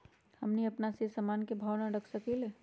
हमनी अपना से अपना सामन के भाव न रख सकींले?